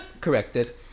corrected